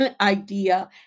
idea